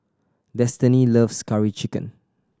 Destinee loves Curry Chicken